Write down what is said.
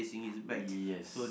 yes